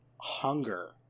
hunger